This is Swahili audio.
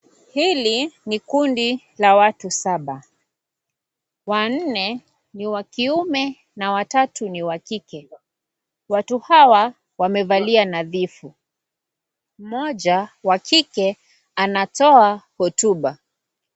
Hili ni kundi la watu saba, wanne ni wa kiume na watatu ni wa kike watu hawa wamevalia nadhifu, moja wa kike anatoa hotuba.